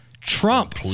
Trump